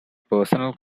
personal